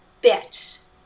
bits